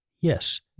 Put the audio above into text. Yes